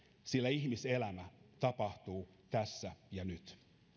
sillä ihmiselämä tapahtuu tässä ja nyt